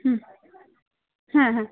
হুম হ্যাঁ হ্যাঁ